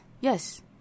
yes